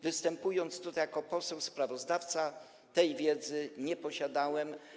Występując tutaj jako poseł sprawozdawca, tej wiedzy nie posiadałem.